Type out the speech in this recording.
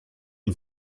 une